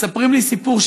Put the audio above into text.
מספרים לי סיפור,